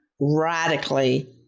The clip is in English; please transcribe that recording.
radically